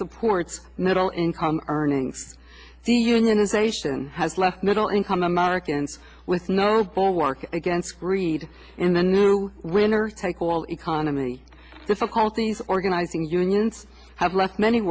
supports middle income earnings the unionization has left middle income americans with no bulwark against greed in the new winner take all economy difficulties organizing unions have left many